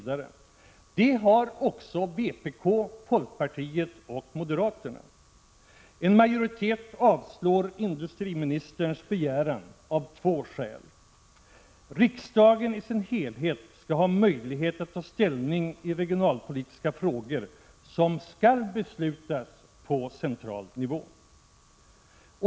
Det har också vpk, folkpartiet och moderaterna. En majoritet avslår industriministerns begäran av två skäl. Riksdagen i sin helhet skall ha möjlighet att ta ställning i regionalpolitiska frågor, som skall beslutas på central nivå.